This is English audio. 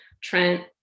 Trent